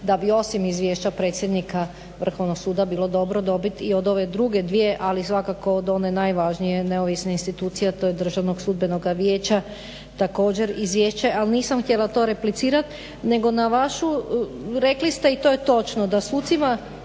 da bi osim izvješća predsjednika Vrhovnog suda bilo dobro dobit i od ove druge dvije, ali svakako od one najvažnije neovisne institucije, a to je Državnog-sudbenoga vijeća. Također izvješće, ali nisam htjela to replicirati, nego na vašu, rekli ste i to je točno da sucima